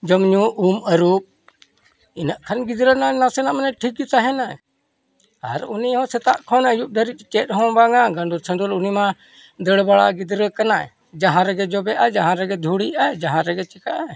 ᱡᱚᱢᱼᱧᱩ ᱩᱢ ᱟᱹᱨᱩᱵ ᱤᱱᱟᱹᱜ ᱠᱷᱟᱱ ᱜᱤᱫᱽᱨᱟᱹ ᱢᱟᱱᱮ ᱱᱟᱥᱮᱱᱟᱜ ᱢᱟᱱᱮ ᱴᱷᱤᱠ ᱜᱮ ᱛᱟᱦᱮᱱᱟᱭ ᱟᱨ ᱩᱱᱤ ᱦᱚᱸ ᱥᱮᱛᱟᱜ ᱠᱷᱚᱱ ᱟᱹᱭᱩᱵ ᱫᱷᱟᱹᱵᱤᱡ ᱪᱮᱫ ᱦᱚᱸ ᱵᱟᱝᱟ ᱜᱟᱹᱫᱩᱨ ᱪᱷᱟᱹᱫᱩᱨ ᱩᱱᱤ ᱢᱟ ᱫᱟᱹᱲ ᱵᱟᱲᱟ ᱜᱤᱫᱽᱨᱟᱹ ᱠᱟᱱᱟᱭ ᱡᱟᱦᱟᱸ ᱨᱮᱜᱮ ᱡᱚᱵᱮᱜᱼᱟᱭ ᱡᱟᱦᱟᱸ ᱨᱮᱜᱮ ᱫᱷᱩᱲᱤᱜᱼᱟᱭ ᱡᱟᱦᱟᱸ ᱨᱮᱜᱮ ᱪᱤᱠᱟᱹᱜᱼᱟᱭ